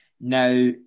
Now